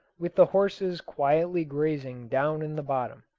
with the horses quietly grazing down in the bottom.